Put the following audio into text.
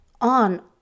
on